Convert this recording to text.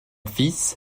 fils